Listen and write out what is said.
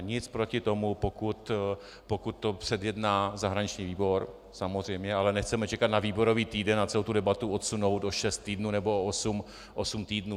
Nic proti tomu, pokud to předjedná zahraniční výbor, samozřejmě, ale nechceme čekat na výborový týden a celou tu debatu odsunout o šest nebo o osm týdnů.